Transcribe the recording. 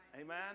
Amen